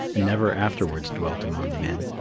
and never afterwards dwelt among men.